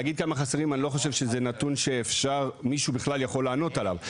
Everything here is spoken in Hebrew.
להגיד כמה חסרים אני לא חושב שזה נתון שמישהו בכלל יכול לענות עליו.